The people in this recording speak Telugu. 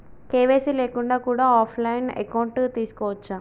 కే.వై.సీ లేకుండా కూడా ఆఫ్ లైన్ అకౌంట్ తీసుకోవచ్చా?